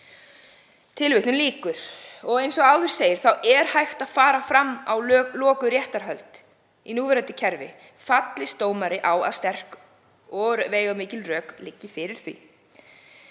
veigamiklum rökum.“ Eins og áður segir er hægt að fara fram á lokuð réttarhöld í núverandi kerfi fallist dómari á að sterk og veigamikil rök liggi fyrir því.